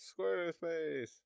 Squarespace